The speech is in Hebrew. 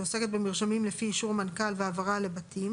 מרשמים לפי אישור מנכ"ל, והעברה לבתים)